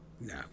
No